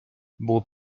był